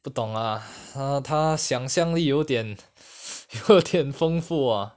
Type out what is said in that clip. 不懂 lah 她她想象力有点后天丰富 ah